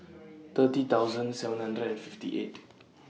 thirty thousand seven hundred and fifty eight